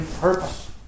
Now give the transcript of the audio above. purpose